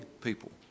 people